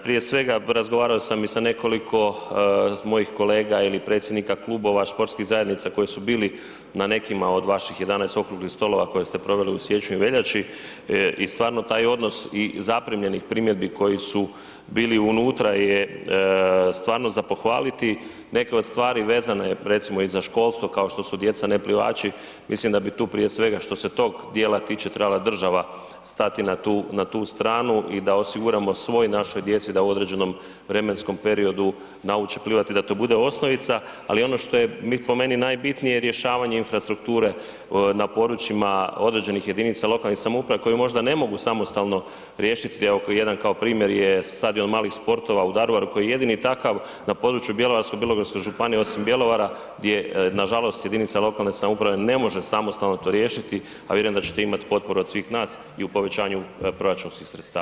Prije svega razgovarao sam i sa nekoliko mojih kolega ili predsjednika klubova športskih zajednica koji su bili na nekima od vaših 11 okruglih stolova koje ste proveli u siječnju i veljači i stvarno taj odnos i zaprimljenih primjedbi koji su bili unutra je stvarno za pohvaliti, neke od stvari vezane recimo i za školstvo kao što su djeca neplivači mislim da bi tu prije svega što se tog dijela tiče trebala država stati na tu stranu i da osiguramo svoj našoj djeci da u određenom vremenskom periodu nauče plivati i da to bude osnovica, ali ono što je po meni najbitnije rješavanje infrastrukture na područjima određenih jedinica lokalnih samouprave koji možda ne mogu samostalno riješiti, evo kao jedan kao primjer je stadion malih sportova u Daruvaru koji je jedini takav na području Bjelovarsko-bilogorske županije osim Bjelovara gdje je nažalost jedinica lokalne samouprave ne može samostalno to riješiti, a vjerujem da ćete imati potporu od svih nas i u povećanju proračunskih sredstava.